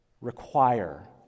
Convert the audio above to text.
require